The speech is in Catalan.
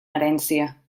herència